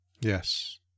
Yes